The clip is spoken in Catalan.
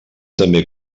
també